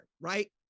right